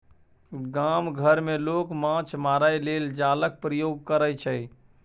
गाम घर मे लोक माछ मारय लेल जालक प्रयोग करय छै